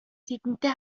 тэдэнтэй